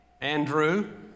Andrew